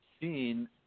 seen